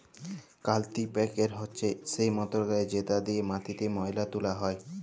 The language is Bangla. কাল্টিপ্যাকের হছে সেই মটরগড়ি যেট দিঁয়ে মাটিতে ময়লা তুলা হ্যয়